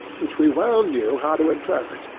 which we well knew how to interpret,